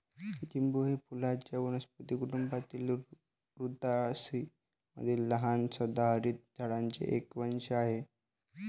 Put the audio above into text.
लिंबू हे फुलांच्या वनस्पती कुटुंबातील रुतासी मधील लहान सदाहरित झाडांचे एक वंश आहे